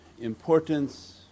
importance